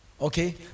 Okay